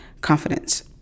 confidence